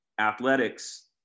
athletics